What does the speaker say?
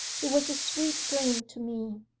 it was a sweet dream to me.